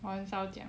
我很少讲